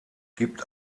gibt